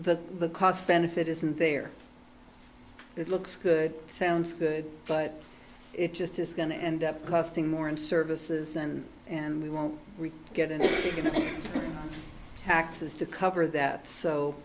the cost benefit isn't there it looks good sounds good but it just is going to end up costing more in services and and we won't get any taxes to cover that so